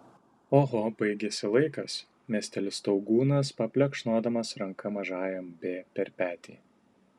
oho baigėsi laikas mesteli staugūnas paplekšnodamas ranka mažajam b per petį